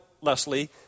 Leslie